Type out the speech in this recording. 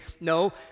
No